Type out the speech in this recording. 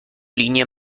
linie